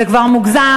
זה כבר מוגזם,